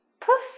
Poof